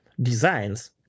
designs